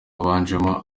biganjemo